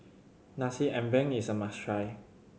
Nasi Ambeng is a must try